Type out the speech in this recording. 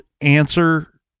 answer